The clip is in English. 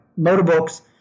Motorbooks